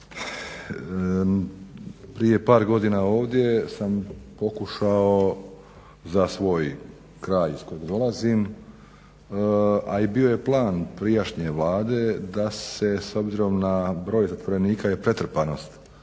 Prije par godina ovdje sam pokušao za svoj kraj iz kojeg dolazim, a i bio je plan prijašnje Vlade da se s obzirom na broj zatvorenika i pretrpanost